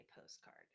postcard